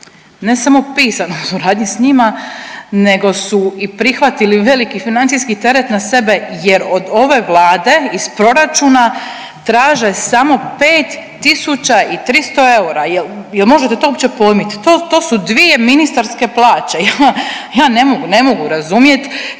ne samo pisan u suradnji s njima nego su i prihvatili veliki financijski teret na sebe jer od ove Vlade iz proračuna traže samo 5 tisuća i 300 eura, jel, jel možete to uopće pojmit, to, to su dvije ministarske plaće, ja, ja ne mogu, ne